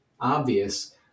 obvious